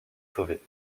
sauvé